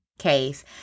Case